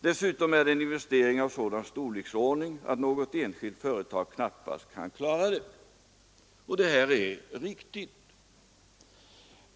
Dessutom är det en investering av sådan storleksordning att något enskilt företag knappast kan klara det.” Det är riktigt.